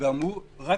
ואמרו רק